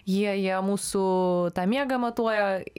jie jie mūsų tą miegą matuoja